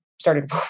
started